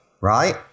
Right